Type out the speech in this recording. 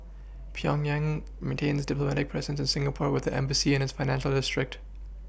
Pyongyang maintains a diplomatic presence in Singapore with an embassy in its financial district